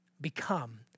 become